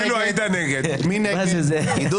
מי נמנע?